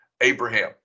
Abraham